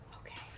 Okay